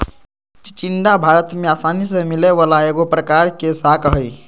चिचिण्डा भारत में आसानी से मिलय वला एगो प्रकार के शाक हइ